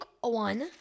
one